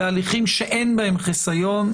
בהליכים שאין בהם חיסיון,